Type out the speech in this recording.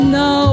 no